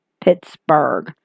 Pittsburgh